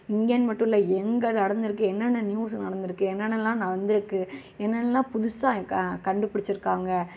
இங்கனு மட்டும் இல்லை எங்கே நடந்திருக்குது என்னென்னா நியூஸ் நடந்திருக்குது என்னென்னலாம் நடந்திருக்குது என்னென்னலாம் புதுசாக க கண்டுபிடிச்சிருக்காங்கள்